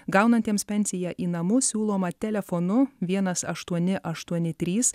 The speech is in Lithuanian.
gaunantiems pensiją į namus siūloma telefonu vienas aštuoni aštuoni trys